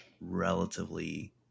relatively